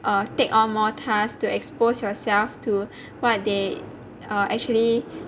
err take on more task to expose yourself to what they err actually